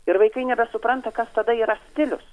ir vaikai nebesupranta kas tada yra stilius